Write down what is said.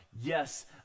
Yes